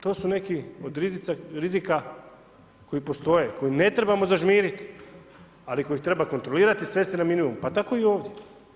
To su neki od rizika koji postoje, koje ne trebamo zažmirit, ali koje treba kontrolirati i svesti na minimum, pa tako i ovdje.